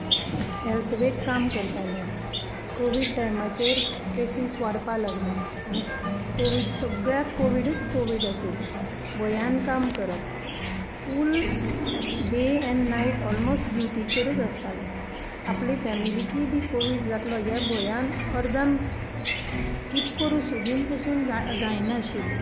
हेल्थवेक काम करताले कोविड टायमाचेर केसिस वाडपाक लागल्यो आनी कोवीड सगळ्याक कोविडूच कोविड आशिल्लेॆ भॆयान काम करप full day and night almost ड्यूटिचेरुच आसतालें आपले फॅमिलिकूय बी कोविड जातलो ह्या भंयान अर्धान स्किप करुंक सोदुन पसून जायनां आशिल्ले